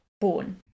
born